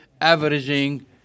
averaging